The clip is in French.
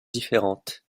différentes